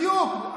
בדיוק.